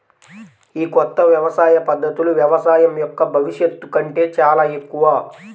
ఈ కొత్త వ్యవసాయ పద్ధతులు వ్యవసాయం యొక్క భవిష్యత్తు కంటే చాలా ఎక్కువ